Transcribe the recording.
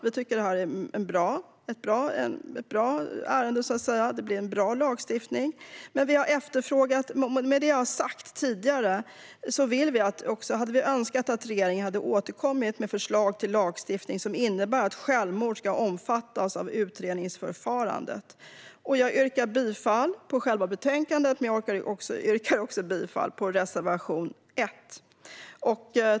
Vi tycker att det blir en bra lagstiftning, men med det som jag har sagt tidigare hade vi önskat att regeringen hade återkommit med förslag till lagstiftning som innebär att självmord ska omfattas av utredningsförfarandet. Jag yrkar bifall till utskottets förslag i betänkandet, men jag yrkar också bifall till reservation 1.